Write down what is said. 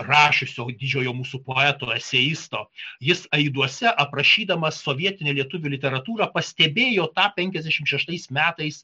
rašiusio didžiojo mūsų poeto eseisto jis aiduose aprašydamas sovietinę lietuvių literatūrą pastebėjo tą penkiasdešimt šeštais metais